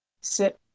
sit